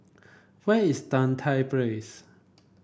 where is Tan Tye Place